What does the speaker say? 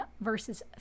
verses